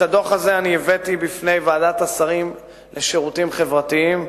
את הדוח הזה אני הבאתי בפני ועדת השרים לשירותים חברתיים,